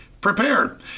prepared